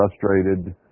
frustrated